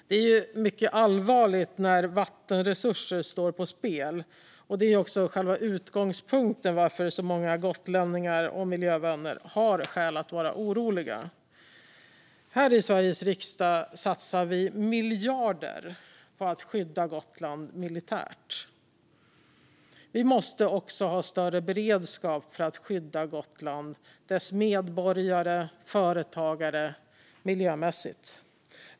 Det är mycket allvarligt när vattenresurser står på spel. Det är själva utgångspunkten för att så många gotlänningar och miljövänner har skäl att vara oroliga. Här i Sveriges riksdag satsar vi miljarder på att skydda Gotland militärt. Vi måste också ha större beredskap för att skydda Gotland, dess medborgare och företagare, miljömässigt.